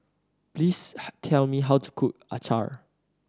please tell me how to cook acar